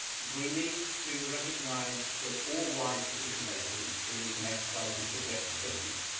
we need to recognize that all wise decision making is an exercise in subjective judgment.